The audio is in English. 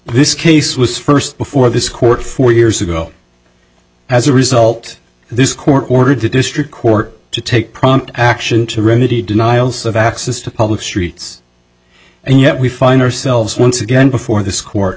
this case was first before this court four years ago as a result this court ordered the district court to take prompt action to remedy denials of access to public streets and yet we find ourselves once again before this court